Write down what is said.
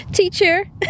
Teacher